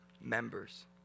members